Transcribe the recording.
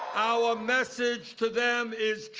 our message to them is